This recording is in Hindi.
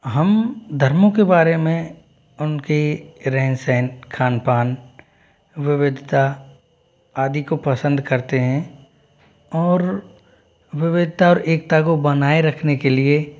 हम धर्मो के बारे में उनके रहन सहन खान पान विविधता आदि को पसंद करते हैं और विविधता और एकता को बनाए रखने के लिए